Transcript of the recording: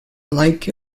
like